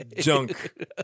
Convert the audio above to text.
junk